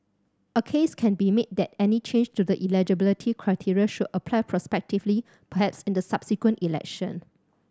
a case can be made that any change to the eligibility criteria should apply prospectively perhaps in the subsequent election